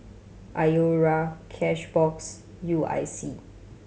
Iora Cashbox U I C